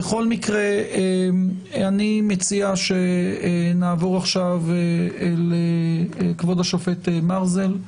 אני מציע שנעבור לכבוד השופט יגאל מרזל,